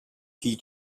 key